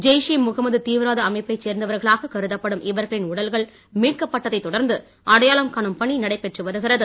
ஜெய்ஷே முகம்மது தீவிரவாத அமைப்பைச் சேர்ந்வர்களாகக் கருதப்படும் இவர்களின் உடல்கள் மீட்கப்பட்டதைத் தொடர்ந்து அடையாளம் காணும் பணி நடைபெற்று வருகிறது